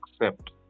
accept